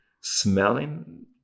smelling